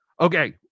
Okay